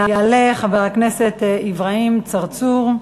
יעלה חבר הכנסת אברהים צרצור.